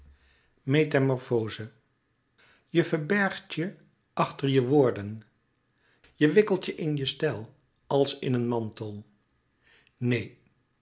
je verbergt je achter je woorden je wikkelt je in je stijl als in een mantel neen